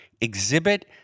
exhibit